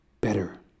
better